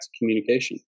communication